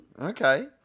Okay